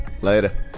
Later